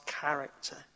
character